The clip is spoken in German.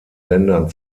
ländern